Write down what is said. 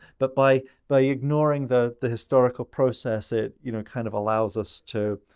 but by by ignoring the the historical process it, you know, kind of allows us to,